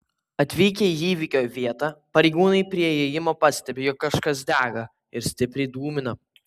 atvykę į įvykio vietą pareigūnai prie įėjimo pastebi jog kažkas dega ir stipriai dūmina